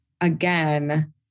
again